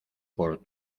por